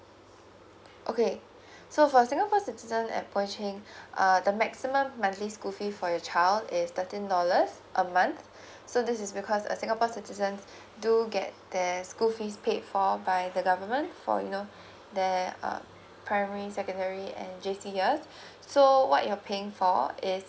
okay so for singapore citizen at poi ching uh the maximum monthly school fee for your child is thirteen dollars a month so this is because uh singapore citizens do get their school fees paid for by the government for you know there are primary secondary and J_C years so what you are paying for is